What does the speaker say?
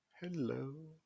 Hello